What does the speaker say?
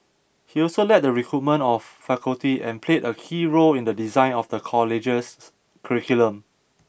he also led the recruitment of faculty and played a key role in the design of the college's curriculum